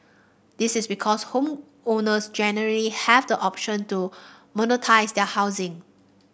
this is because homeowners generally have the option to monetise their housing